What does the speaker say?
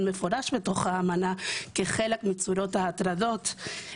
מפורש לאמנה כחלק מצורות ההטרדות,